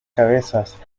cabezas